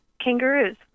kangaroos